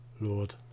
Lord